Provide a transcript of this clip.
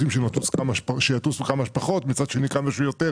שנטוס כמה שפחות אבל מצד שני שנטוס כמה שיותר.